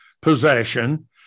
possession